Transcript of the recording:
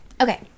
okay